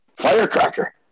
Firecracker